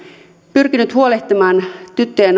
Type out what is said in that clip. pyrkinyt huolehtimaan tyttöjen